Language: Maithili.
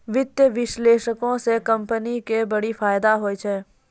वित्तीय विश्लेषको से कंपनी के बड़ी फायदा होय छै